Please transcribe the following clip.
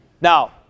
Now